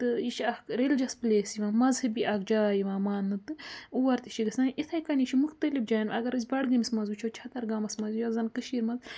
تہٕ یہِ چھِ اَکھ رٮ۪لجَس پٕلیس یِوان مَزہَبی اَکھ جاے یِوان مانٛنہٕ تہٕ اور تہِ چھِ گژھان یِتھَے کٔنی چھُ مُختلف جایَن اَگر أسۍ بَڈگٲمِس منٛز وٕچھو چھتَر گامَس منٛز یۄس زَن کٔشیٖرۍ منٛز